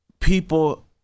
People